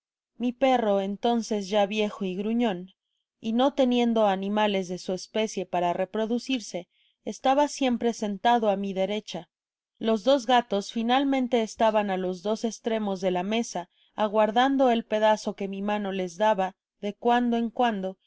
mi perro entonces ya viejo y gruñon y no teniendo animales de su especie para reproducirse estaba siempre sentado á mi derecha los dos gatos finalmente estaban á los dos estreñios de la mesa aguardando el pedazo que mi mano les daba de cuando en cuando